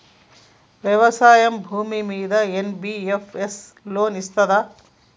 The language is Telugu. వ్యవసాయం భూమ్మీద ఎన్.బి.ఎఫ్.ఎస్ లోన్ ఇస్తదా?